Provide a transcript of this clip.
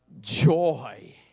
joy